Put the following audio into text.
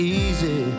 easy